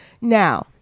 Now